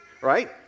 right